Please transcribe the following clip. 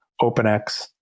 OpenX